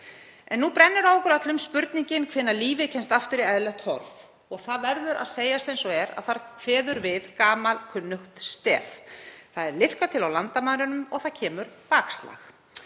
En nú brennur á okkur öllum spurningin hvenær lífið kemst aftur í eðlilegt horf. Það verður að segjast eins og er að þar kveður við gamalkunnugt stef. Það er liðkað til á landamærunum og það kemur bakslag.